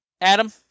Adam